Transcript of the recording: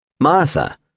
Martha